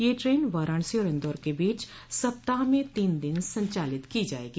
यह ट्रेन वाराणसी और इन्दौर के बीच सप्ताह में तीन दिन संचालित की जायेगी